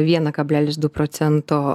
vieną kablelis du procento